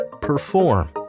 perform